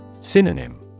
Synonym